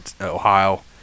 Ohio